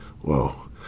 Whoa